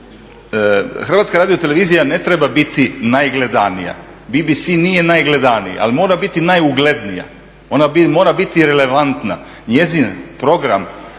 Ono što je, HRT ne treba biti najgledanija. BBC nije najgledaniji, ali mora biti najuglednija. Ona morati biti relevantna. Njezin program,